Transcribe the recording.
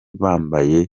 bambaye